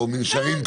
או מנשרים כתובים.